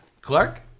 Clark